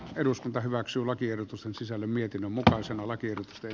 eduskunta hyväksyy lakiehdotus on sisällön mietinnön mukaan sanoo lakiehdotus ei